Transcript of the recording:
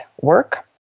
work